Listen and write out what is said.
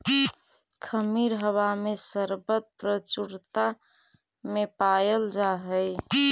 खमीर हवा में सर्वत्र प्रचुरता में पायल जा हई